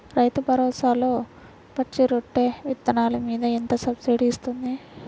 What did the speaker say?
రైతు భరోసాలో పచ్చి రొట్టె విత్తనాలు మీద ఎంత సబ్సిడీ ఇస్తుంది?